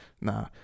Nah